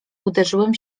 uderzyłem